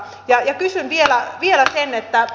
ja kysyn vielä voisitteko